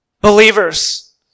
Believers